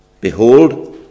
Behold